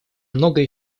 многое